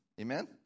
Amen